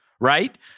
right